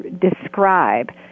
describe